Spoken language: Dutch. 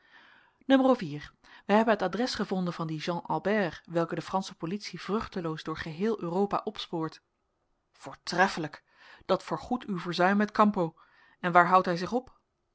wij hebben het adres gevonden van dien jean albert welken de fransche politie vruchteloos door geheel europa opspoort voortreffelijk dat vergoedt uw verzuim met campo en waar houdt hij zich op